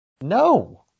No